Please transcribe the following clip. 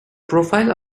profile